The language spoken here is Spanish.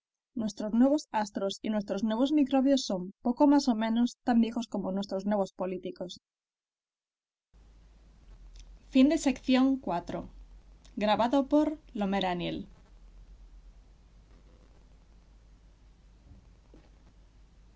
nuestros nuevos astros y nuestros nuevos microbios son poco más o menos tan viejos como nuestros nuevos políticos iv